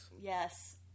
Yes